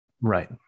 Right